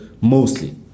mostly